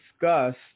discussed